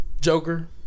Joker